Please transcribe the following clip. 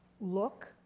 look